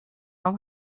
هام